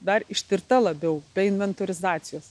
dar ištirta labiau bei inventorizacijos